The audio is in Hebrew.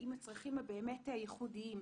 עם הצרכים באמת הייחודיים.